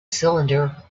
cylinder